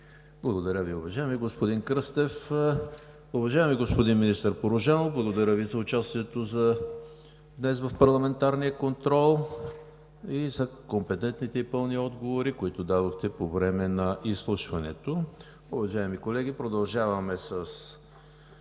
Благодаря Ви, уважаеми господин Кръстев. Уважаеми господин министър Порожанов, благодаря Ви за участието в днешния парламентарен контрол, както и за компетентните и пълни отговори, които дадохте по време на изслушването. Уважаеми колеги, продължаваме с